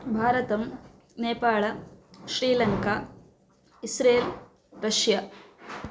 भारतं Nepal Sri Lanka Israel Russia